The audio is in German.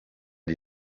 die